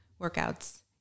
workouts